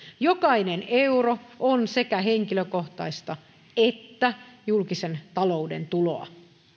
jokainen euro on sekä henkilökohtaista että julkisen talouden tuloa